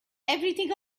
everything